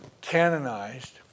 canonized